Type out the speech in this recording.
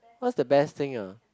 what's the best thing ah